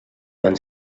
van